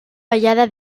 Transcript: ballada